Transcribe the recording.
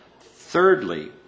Thirdly